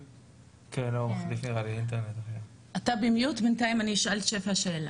בינתיים, אני אשאל את שפע שאלה.